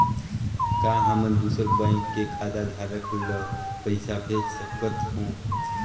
का हमन दूसर बैंक के खाताधरक ल पइसा भेज सकथ हों?